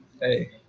Hey